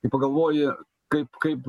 kai pagalvoji kaip kaip